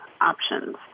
options